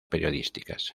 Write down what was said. periodísticas